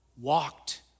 walked